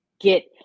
get